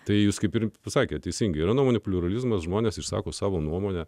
tai jūs kaip ir pasakė teisingai yra nuomonių pliuralizmas žmonės išsako savo nuomonę